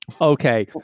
okay